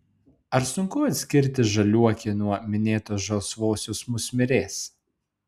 ar sunku atskirti žaliuokę nuo minėtos žalsvosios musmirės